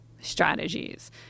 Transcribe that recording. strategies